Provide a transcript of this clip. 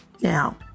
now